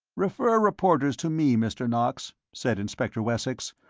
refer reporters to me, mr. knox, said inspector wessex.